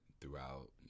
throughout